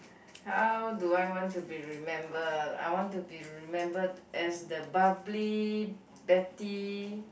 how do I want to be remembered I want to be remembered as the bubbly betty